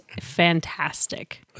fantastic